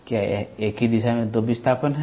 क्या एक ही दिशा में दो विस्थापन हैं